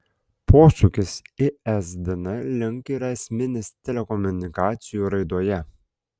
posūkis isdn link yra esminis telekomunikacijų raidoje